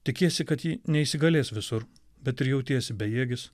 tikiesi kad ji neįsigalės visur bet ir jautiesi bejėgis